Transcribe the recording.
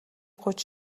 гуйж